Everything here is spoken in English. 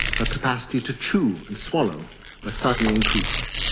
ah capacity to chew and swallow were suddenly increased,